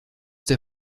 der